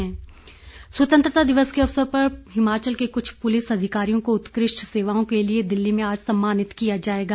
सम्मान स्वतंत्रता दिवस के अवसर पर हिमाचल के कुछ पुलिस अधिकारियों को उत्कृष्ट सेवाओं के लिए दिल्ली में आज सम्मानित किया जाएगा